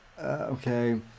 okay